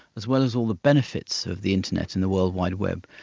as well as all the benefits of the internet and the world wide web,